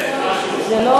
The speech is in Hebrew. (שותק) זה חידוש.